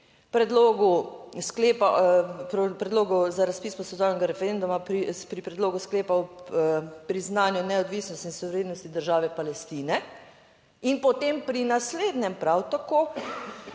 Predlogu za razpis posvetovalnega referenduma, pri predlogu sklepa o priznanju neodvisnosti in suverenosti države Palestine in potem pri naslednjem prav tako,